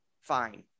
fine